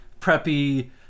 preppy